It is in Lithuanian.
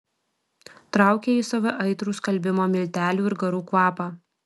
traukė į save aitrų skalbimo miltelių ir garų kvapą